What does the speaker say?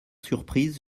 surprise